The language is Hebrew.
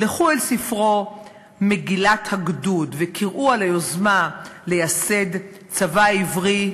לכו אל ספרו "מגילת הגדוד" וקראו על היוזמה לייסד צבא עברי,